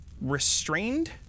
restrained